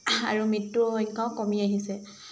আৰু মৃত্যু সংখ্যক কমি আহিছে